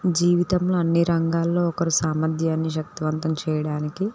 జీవితంలో అన్నీ రంగాల్లో ఒకరు సామర్ధ్యాన్ని శక్తివంతం చేయడానికి